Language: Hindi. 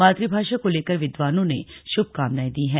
मातृभाषा को लेकर विद्वानों ने शुभकांनाएं दी हैं